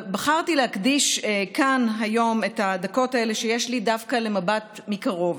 אבל בחרתי להקדיש כאן היום את הדקות האלה שיש לי דווקא למבט מקרוב,